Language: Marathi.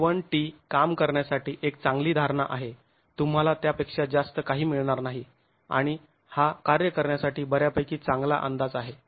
1 t काम करण्यासाठी एक चांगली धारणा आहे तुंम्हाला त्यापेक्षा जास्त काही मिळणार नाही आणि हा कार्य करण्यासाठी बऱ्यापैकी चांगला अंदाज आहे